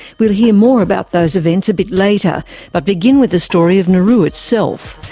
we'll hear more about those events a bit later but begin with the story of nauru itself,